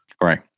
Right